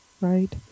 Right